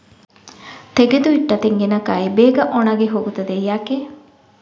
ತೆಗೆದು ಇಟ್ಟ ತೆಂಗಿನಕಾಯಿ ಬೇಗ ಒಣಗಿ ಹೋಗುತ್ತದೆ ಯಾಕೆ?